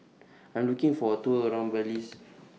I'm looking For A Tour around Belize